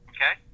Okay